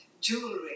jewelry